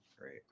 Great